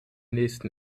nächsten